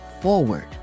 forward